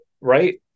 Right